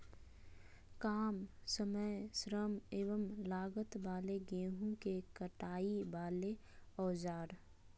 काम समय श्रम एवं लागत वाले गेहूं के कटाई वाले औजार?